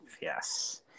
Yes